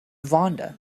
vonda